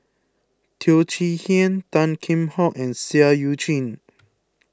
Teo Chee Hean Tan Kheam Hock and Seah Eu Chin